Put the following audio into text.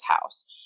house